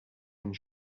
and